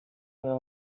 meu